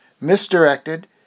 misdirected